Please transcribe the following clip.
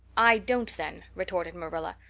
i don't then, retorted marilla.